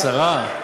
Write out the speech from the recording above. שרה.